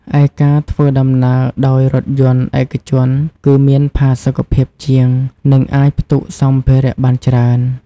ឯការធ្វើដំណើរដោយរថយន្តឯកជនគឺមានផាសុកភាពជាង និងអាចផ្ទុកសម្ភារៈបានច្រើន។